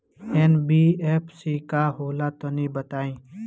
NBFC का होला तनि बताई?